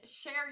Share